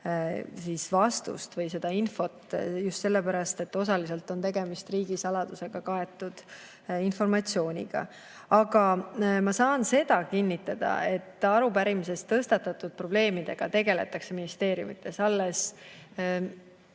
vastust või seda infot just sellepärast, et osaliselt on tegemist riigisaladusega kaetud informatsiooniga. Aga ma saan seda kinnitada, et arupärimises tõstatatud probleemidega tegeldakse ministeeriumides. Alles